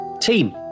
team